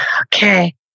Okay